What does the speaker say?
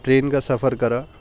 train کا سفر کرا